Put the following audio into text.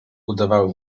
udawały